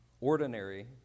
ordinary